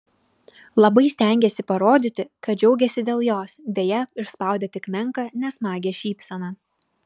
labai stengėsi parodyti kad džiaugiasi dėl jos deja išspaudė tik menką nesmagią šypseną